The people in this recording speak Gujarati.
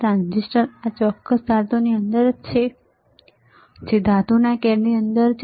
ટ્રાન્ઝિસ્ટર આ ચોક્કસ ધાતુની અંદર જ છે જે ધાતુના કેનની અંદર જ છે